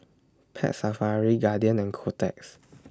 Pet Safari Guardian and Kotex